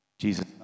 Jesus